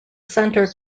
centre